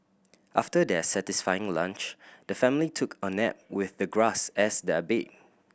after their satisfying lunch the family took a nap with the grass as their bed